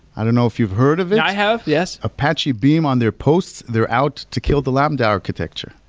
i don't know if you've heard of it i have. yes apache beam on their post, they're out to kill the lambda architecture.